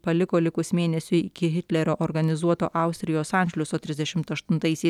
paliko likus mėnesiui iki hitlerio organizuoto austrijos anšliuso trisdešimt aštuntaisiais